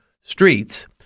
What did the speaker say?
streets